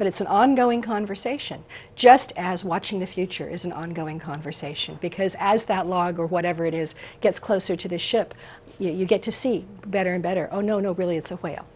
but it's an ongoing conversation just as watching the future is an ongoing conversation because as that log or whatever it is gets closer to the ship you get to see better and better oh no no really it's a whale